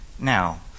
Now